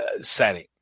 setting